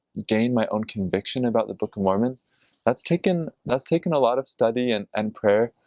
gain my own conviction about the book of mormon that's taken that's taken a lot of study and and prayer